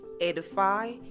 edify